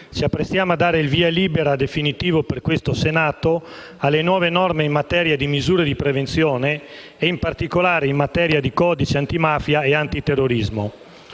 ci apprestiamo a dare il via libera definitivo per questo Senato alle nuove norme in materia di misure di prevenzione e, in particolare, in materia di codice antimafia e antiterrorismo.